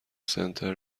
سنتر